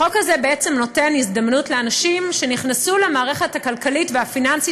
החוק הזה נותן הזדמנות לאנשים שנכנסו למערכת הכלכלית והפיננסית